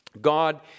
God